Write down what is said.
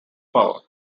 power